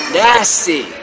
nasty